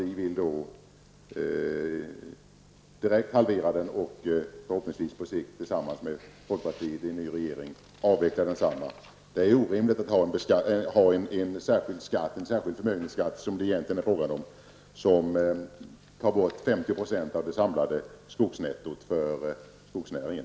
Vi vill direkt halvera den och förhoppningsvis på sikt, tillsammans med folkpartiet i en ny regering, avveckla densamma. Det är orimligt med en särskild förmögenhetsskatt som det egentligen är fråga om. Den tar bort 50 % av det samlade skogsnettot för skogsnäringen.